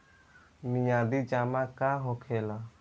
मियादी जमा का होखेला?